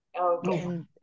okay